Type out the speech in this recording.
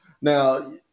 Now